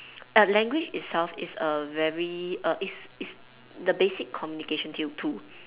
uh language itself is a very a is is the basic communication t~ tool